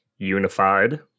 unified